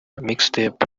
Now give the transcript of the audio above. mixtape